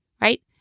right